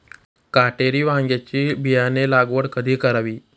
काटेरी वांग्याची बियाणे लागवड कधी करावी?